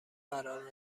قرار